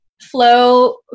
flow